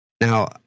Now